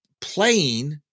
playing